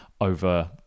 over